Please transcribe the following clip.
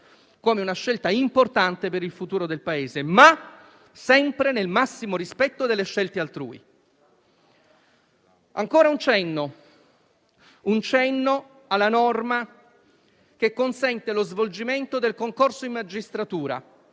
come una scelta importante per il futuro del Paese, ma sempre nel massimo rispetto delle scelte altrui. Ancora un cenno alla norma che consente lo svolgimento del concorso in magistratura;